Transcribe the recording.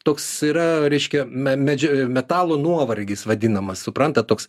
toks yra reiškia me medž metalo nuovargis vadinamas suprantat toks